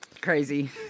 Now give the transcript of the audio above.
Crazy